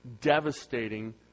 devastating